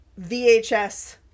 VHS